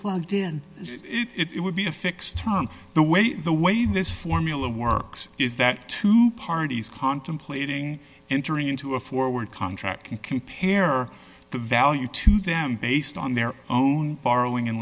plugged in it would be a fixed term the way the way this formula works is that two parties contemplating entering into a forward contract can compare the value to them based on their own borrowing and